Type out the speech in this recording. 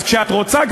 אז כשאת רוצה,